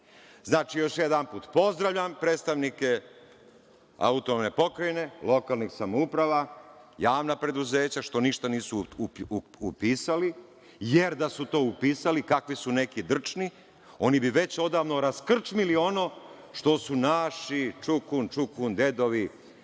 kaže. Znači, još jedanput, pozdravljam predstavnike autonomne pokrajine, lokalnih samouprava, javna preduzeća što ništa nisu upisali, jer da su to upisali, kako su neki drčni, oni bi već odavno raskrčmili ono što su naši čukun, čukundedovi